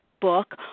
book